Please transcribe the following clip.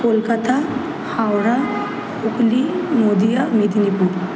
Kolkata Howrah Hooghly Nadia Medinipur